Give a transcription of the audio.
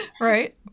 Right